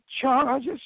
charges